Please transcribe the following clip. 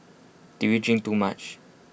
did we drink too much